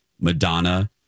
Madonna